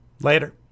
later